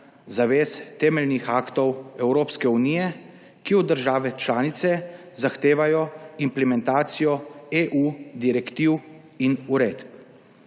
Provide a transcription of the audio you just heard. zavez temeljnih aktov Evropske unije, ki od države članice zahtevajo implementacijo EU direktiv in uredb.